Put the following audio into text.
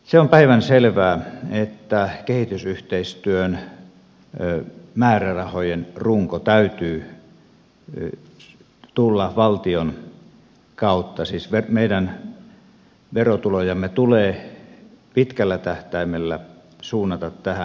se on päivänselvää että kehitysyhteistyön määrärahojen rungon täytyy tulla valtion kautta siis meidän verotulojamme tulee pitkällä tähtäimellä suunnata tähän